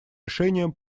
решением